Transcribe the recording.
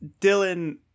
Dylan